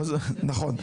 נכון.